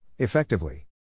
Effectively